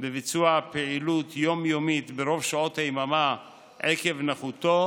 בביצוע פעילות יום-יומית ברוב שעות היממה עקב נכותו